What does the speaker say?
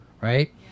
right